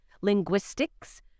linguistics